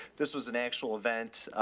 this was an actual event.